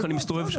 כי אני מסתובב שם.